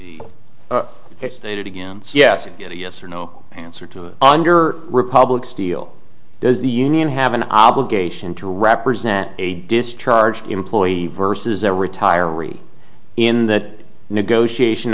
ch stated again yes again a yes or no answer to under republic steel does the union have an obligation to represent a discharged employee versus a retiree in that negotiation